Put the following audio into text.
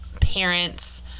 parents